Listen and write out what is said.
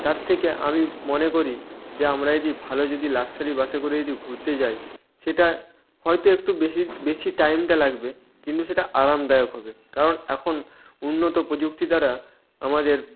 তার থেকে আমি মনে করি যে আমরা যদি ভালো যদি লাক্সারি বাসে করে যদি ঘুরতে যাই সেটা হয়তো একটু বেশি বেশি টাইমটা লাগবে কিন্তু সেটা আরামদায়ক হবে কারণ এখন উন্নত প্রযুক্তি দ্বারা আমাদের